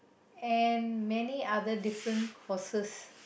and many other different courses